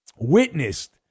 witnessed